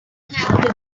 have